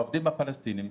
העובדים הפלסטיניים,